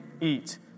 eat